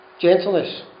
gentleness